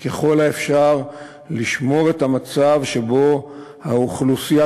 היא ככל האפשר לשמור את המצב שבו האוכלוסייה